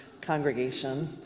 congregation